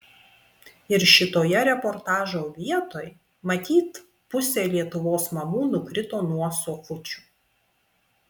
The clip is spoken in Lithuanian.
ir šitoje reportažo vietoj matyt pusė lietuvos mamų nukrito nuo sofučių